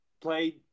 played